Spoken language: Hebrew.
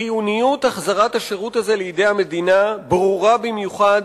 חיוניות החזרת השירות הזה לידי המדינה ברורה במיוחד